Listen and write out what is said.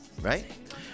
Right